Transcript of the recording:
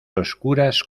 oscuras